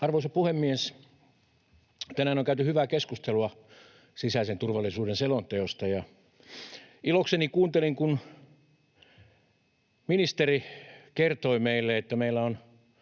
Arvoisa puhemies! Tänään on käyty hyvää keskustelua sisäisen turvallisuuden selonteosta, ja ilokseni kuuntelin, kun ministeri kertoi meille, että meillä on